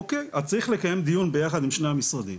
אוקי, אז צריך לקיים דיון ביחד עם שני המשרדים